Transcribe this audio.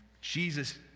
Jesus